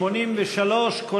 סעיף 83,